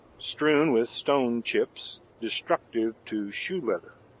strewn with stone chips, destructive to shoe-leather.